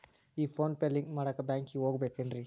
ಈ PhonePe link ಮಾಡಾಕ ಬ್ಯಾಂಕಿಗೆ ಹೋಗ್ಬೇಕೇನ್ರಿ?